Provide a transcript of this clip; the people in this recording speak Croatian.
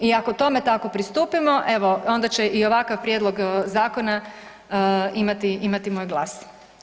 I ako tome tako pristupimo evo onda će i ovakav prijedlog zakona imati, imati moj glas.